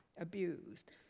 abused